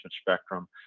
spectrum